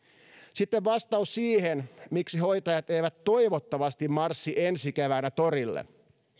sitten vastaus siihen miksi hoitajat eivät toivottavasti marssi ensi keväänä torille